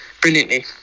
brilliantly